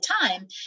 time